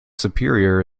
superior